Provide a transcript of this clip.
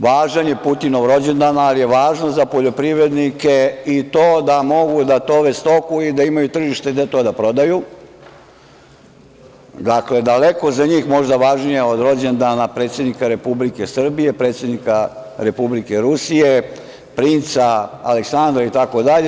Važan je Putinov rođendan, ali je važno za poljoprivrednike i to da mogu da tove stoku i da imaju tržište gde to da prodaju, daleko za njih, možda, važnije od rođendana predsednika Republike Srbije, predsednika Republike Rusije, princa Aleksandra itd.